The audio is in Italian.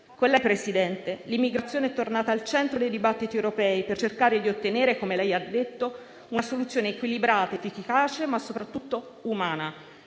Con lei, presidente Draghi, l'immigrazione è tornata al centro dei dibattiti europei per cercare di ottenere, come lei ha detto, una soluzione equilibrata, efficace, ma soprattutto umana.